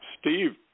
Steve